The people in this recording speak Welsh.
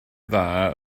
dda